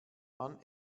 man